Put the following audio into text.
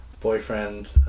boyfriend